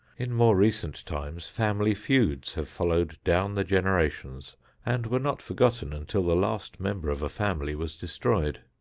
in more recent times family feuds have followed down the generations and were not forgotten until the last member of a family was destroyed.